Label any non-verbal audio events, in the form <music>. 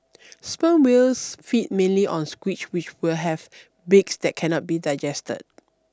<noise> sperm whales feed mainly on squid which will have beaks that cannot be digested